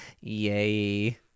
Yay